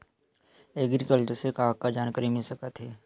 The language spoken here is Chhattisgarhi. एग्रीकल्चर से का का जानकारी मिल सकत हे?